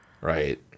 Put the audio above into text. Right